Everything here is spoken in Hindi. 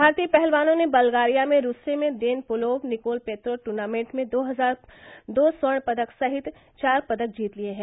भारतीय पहलवानों ने बल्गारिया में रूस्से में देन पोलोव निकोल पेत्रो टूर्नामेंट में दो स्वर्ण पदक सहित चार पदक जीत लिये हैं